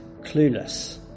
clueless